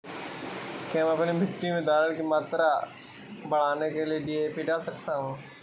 क्या मैं अपनी मिट्टी में धारण की मात्रा बढ़ाने के लिए डी.ए.पी डाल सकता हूँ?